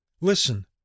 Listen